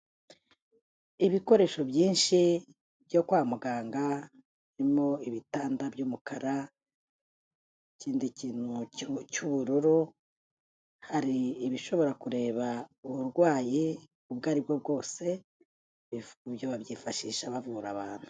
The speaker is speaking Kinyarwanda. Ibikoresho byinshi byo kwa muganga birimo ibitanda by'umukara, ikindi kintu cy'ubururu, hari ibishobora kureba uburwayi ubwo aribwo bwose, ibyo babyifashisha bavura abantu.